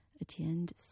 Attend